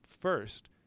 first